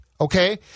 Okay